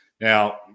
Now